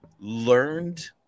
learned